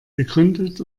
gegründet